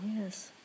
yes